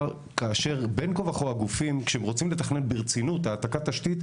בין כה כאשר הגופים רוצים לתכנן ברצינות העתקה של תשתית,